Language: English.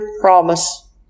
promise